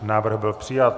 Návrh byl přijat.